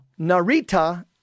Narita